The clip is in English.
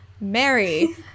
Mary